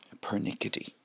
pernickety